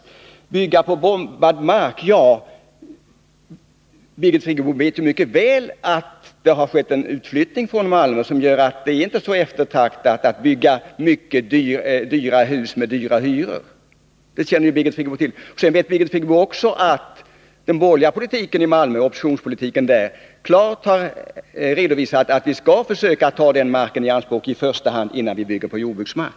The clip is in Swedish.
När det talas om att bygga på bombad mark, så vet Birgit Friggebo mycket väl att det har skett en utflyttning från Malmö som gör att det inte är så eftertraktat att bygga mycket dyra hus med höga hyror. Det känner Birgit Friggebo till. Sedan vet Birgit Friggebo också att de borgerliga politikerna i 8 Riksdagens protokoll 1981/82:80-84 Malmö — alltså oppositionspolitikerna — klart har redovisat att man skall försöka ta den marken i anspråk i första hand innan man bygger på jordbruksmark.